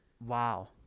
Wow